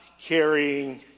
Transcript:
carrying